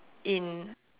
in